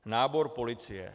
Nábor policie.